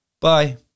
Bye